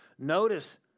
Notice